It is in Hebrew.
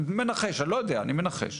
אני לא יודע, אני מנחש.